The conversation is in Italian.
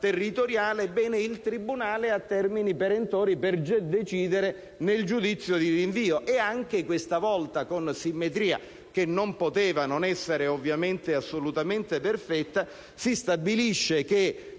territoriale, tale tribunale ha termini perentori per decidere nel giudizio di rinvio. Anche questa volta, con simmetria che non poteva non essere assolutamente perfetta, si stabilisce che